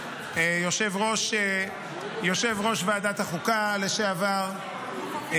יושב-ראש ועדת החוקה לשעבר,